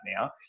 now